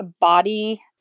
body